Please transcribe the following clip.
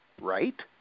right